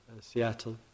Seattle